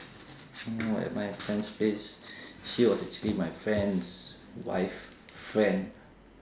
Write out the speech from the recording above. know at my friend's place she was actually my friend's wife friend